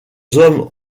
hommes